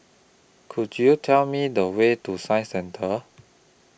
Could YOU Tell Me The Way to Science Centre